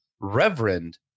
Reverend